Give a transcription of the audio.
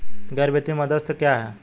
गैर वित्तीय मध्यस्थ क्या हैं?